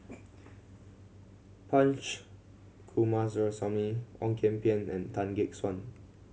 Punch Coomaraswamy Ong Kian Peng and Tan Gek Suan